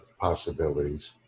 possibilities